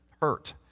hurt